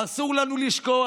אסור לנו לשכוח: